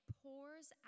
pours